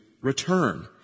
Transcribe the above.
return